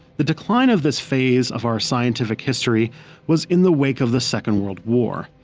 the decline of this phase of our scientific history was in the wake of the second world war.